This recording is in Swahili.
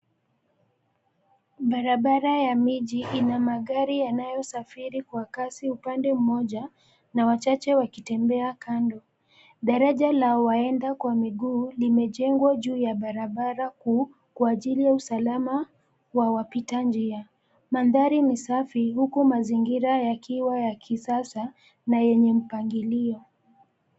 Barabara ya miji ina magari yanayosafiri kwa kasi upande mmoja na wachache wakitembea kando. Daraja la waenda kwa miguu limejengwa juu ya barabara kuu kwa aijili ya usalama wa wapita njia. Mandhari ni safi huku mazingira yakiwa ya kisasa na yenye mpangilio.